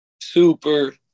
Super